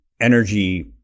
energy